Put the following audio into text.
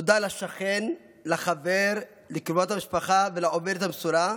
תודה לשכן, לחבר, לקרובת המשפחה ולעובדת המסורה,